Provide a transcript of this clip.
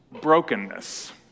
brokenness